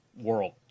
world